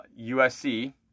USC